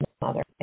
mother